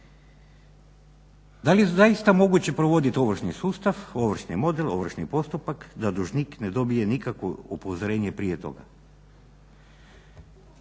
Da li je zaista moguće provoditi ovršni sustav, ovršni model, ovršni postupak da dužnik ne dobije nikakvo upozorenje prije toga?